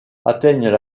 atteignent